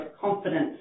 confidence